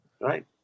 right